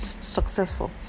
successful